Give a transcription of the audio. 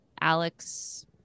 Alex